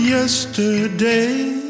Yesterday